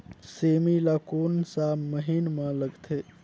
सेमी ला कोन सा महीन मां लगथे?